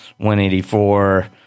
184